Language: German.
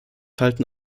halten